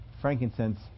frankincense